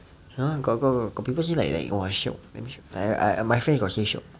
!huh! got got got people say like like !wah! shiok damn shiok my friend got say shiok